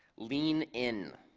lean in.